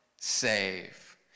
save